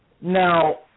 Now